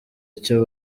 icyo